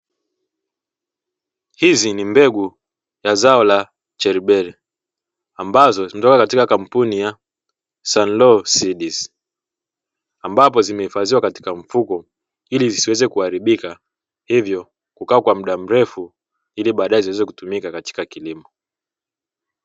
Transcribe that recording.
Hizi ni mbegu la zao la teribele, ambazo zimetoka katika kampuni ya ''Sun low seeds'', ambapo zimehifadhiwa katika mfuko ili zisiweze kuharibika, hivyo kukaa kwa muda mrefu ili baadae ziweze kutumika katika kilimo.